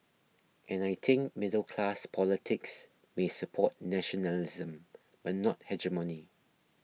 and I think middle class politics may support nationalism but not hegemony